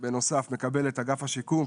בנוסף לקבל את אגף השיקום,